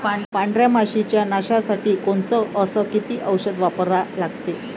पांढऱ्या माशी च्या नाशा साठी कोनचं अस किती औषध वापरा लागते?